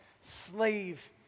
slave